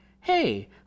Hey